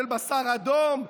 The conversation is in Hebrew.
של בשר אדום,